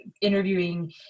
interviewing